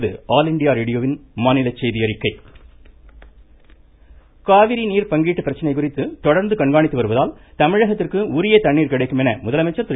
முதலமைச்சர் காவிரி நீர் பங்கீட்டு பிரச்சனை குறித்து தொடர்ந்து கண்காணித்து வருவதால் தமிழகத்திற்கு உரிய தண்ணீர் கிடைக்கும் என முதலமைச்சர் திரு